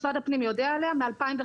משרד הפנים יודע עליו מ-2005.